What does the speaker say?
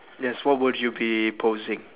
yes what would you be posing